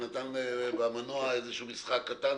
ונתן במנוע משחק קטן.